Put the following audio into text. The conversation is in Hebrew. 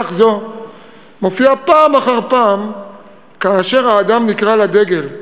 זו מופיעה פעם אחר פעם כאשר האדם נקרא לדגל.